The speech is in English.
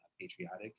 patriotic